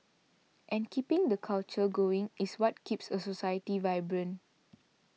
and keeping the culture going is what keeps a society vibrant